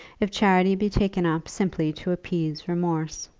if charity be taken up simply to appease remorse.